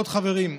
עוד חברים.